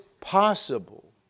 possible